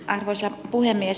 arvoisa puhemies